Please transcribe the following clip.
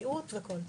בריאות וכל טוב.